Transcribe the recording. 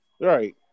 Right